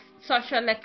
social